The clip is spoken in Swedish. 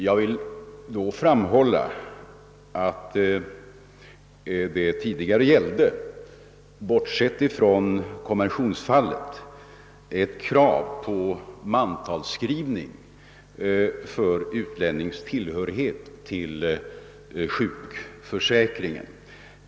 Jag vill framhålla att det tidigare gällde — bortsett från konventionsfallet — ett krav på mantalsskrivning för utlännings tillhörighet till sjukförsäkring.